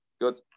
Good